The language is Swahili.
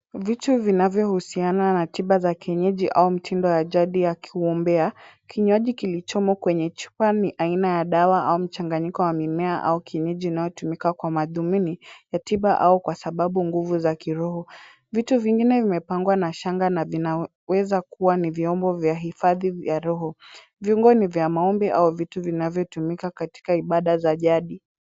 Vitu vinavyohusiana na tiba za kienyeji, au mtindo wa jadi wa kuombea. Kinywaji kilichomo kwenye chupa, ni aina ya dawa au mchanganyiko wa mimea, au kinywaji kinachotumika kwa madhumuni ya tiba au kwa sababu nguvu za kiroho. Vitu vingine vimepangwa na shanga, na vinaweza kuwa ni viombo vya hifadhi vya roho. Viombo ni vya maombi, au vitu vinavyotumika katika ibada ya jadi.